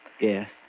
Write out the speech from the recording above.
Yes